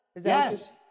Yes